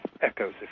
echoes